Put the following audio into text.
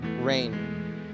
rain